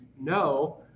no